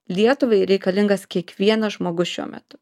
lietuvai reikalingas kiekvienas žmogus šiuo metu